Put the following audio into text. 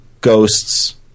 Ghosts